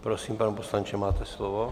Prosím, pane poslanče, máte slovo.